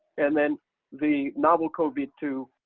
and then the novel cov two,